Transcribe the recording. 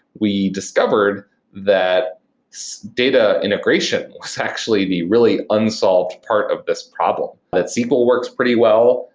we discovered that data integration was actually the really unsolved part of this problem. that sql works pretty well.